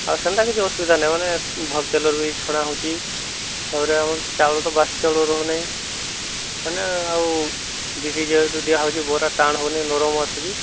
ଆସନ୍ତୁ କିଛି ଅସୁବିଧା ନାହିଁ ମାନେ ଭଲ ତେଲରେ ବି ଛଣା ହେଉଛି ତାପରେ ଆମର ଚାଉଳ ତ ବାସି ଚାଉଳ ରହୁନାହିଁ ମାନେ ଆଉ ବିରି ଯେହେତୁ ଦିଆ ହେଉଛି ବରା ଟାଣ ହେଉନି ନରମ ଆସୁଛି